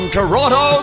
Toronto